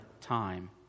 time